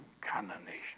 condemnation